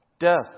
Death